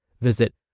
Visit